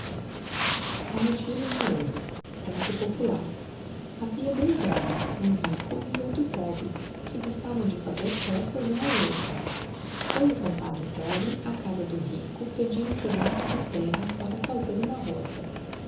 a mochila de ouro conto popular havia dois homens um rico e outro pobre que gostavam de fazer peças um ao outro foi o compadre pobre á casa do rico pedir um pedaço de terra para faer uma roça